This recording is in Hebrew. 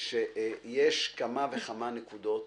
שיש כמה וכמה נקודות